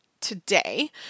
today